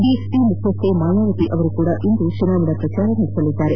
BSP ಮುಖ್ಯಸ್ಥೆ ಮಾಯಾವತಿ ಅವರು ಕೂಡ ಇಂದು ಚುನಾವಣಾ ಪ್ರಚಾರ ನಡೆಸಲಿದ್ದಾರೆ